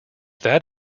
that